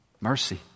mercy